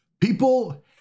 people